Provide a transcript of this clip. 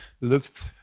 looked